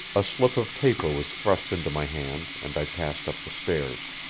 a slip of paper was thrust into my hand, and i passed up the stairs.